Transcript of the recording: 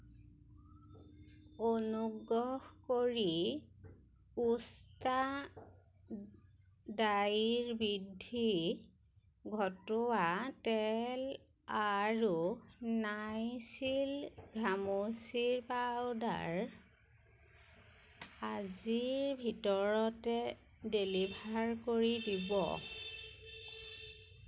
অনুগ্ৰহ কৰি উষ্ট্ৰা দাঢ়িৰ বৃদ্ধি ঘটোৱা তেল আৰু নাইচিল ঘামচিৰ পাউদাৰ আজিৰ ভিতৰতে ডেলিভাৰ কৰি দিব